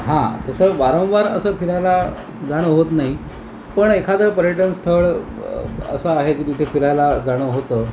हा तसं वारंवार असं फिरायला जाणं होत नाही पण एखादं पर्यटन स्थळ असं आहे की तिथे फिरायला जाणं होतं